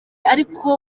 ariko